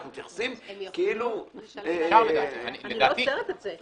אנחנו מתייחסים כאילו --- אני לא אוסרת את זה.